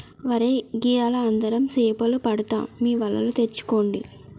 ఒరై గియ్యాల అందరం సేపలు పడదాం మీ వలలు తెచ్చుకోండి